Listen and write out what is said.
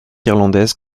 irlandaise